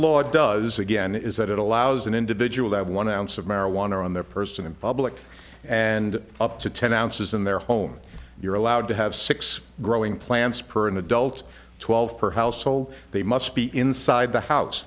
law does again is that it allows an individual that one ounce of marijuana on their person in public and up to ten ounces in their home you're allowed to have six growing plants per adult twelve per household they must be inside the house